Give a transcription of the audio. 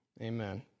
Amen